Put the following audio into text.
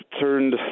turned